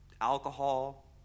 alcohol